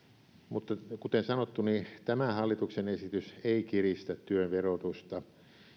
mutta kuten sanottu niin tämän hallituksen esitys ei kiristä työn verotusta